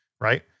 right